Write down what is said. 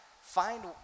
find